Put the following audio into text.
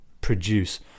produce